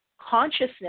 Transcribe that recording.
consciousness